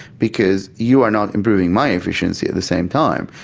because you are not improving my efficiency at the same time,